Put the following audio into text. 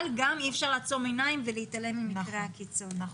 אבל יש גם אי אפשר לעצום עיניים ולהתעלם ממקרי הקיצון.